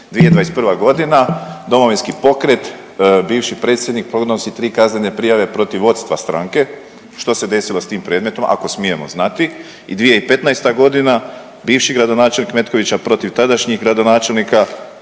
2021.g. Domovinski pokret, bivši predsjednik podnosi 3 kaznene prijave protiv vodstva stranke, što se desilo s tim predmetom, ako smijemo znati i 2015.g. bivši gradonačelnik Metkovića protiv tadašnjih gradonačelnika